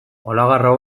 olagarro